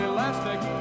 Elastic